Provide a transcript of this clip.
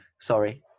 Sorry